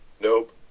Nope